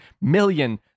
million